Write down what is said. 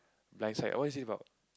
blind side oh what is this about